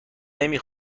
نمی